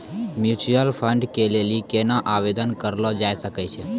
Mutual fund के लेली केना आवेदन करलो जाय सकै छै?